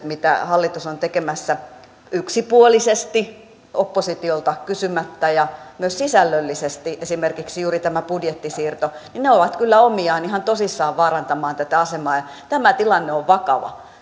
mitä hallitus on tekemässä yksipuolisesti oppositiolta kysymättä ja myös sisällöllisesti esimerkiksi juuri tämä budjettisiirto ovat kyllä omiaan ihan tosissaan vaarantamaan tätä asemaa tämä tilanne on vakava